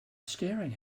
staring